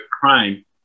crime